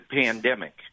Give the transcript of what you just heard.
pandemic